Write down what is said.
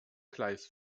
gleis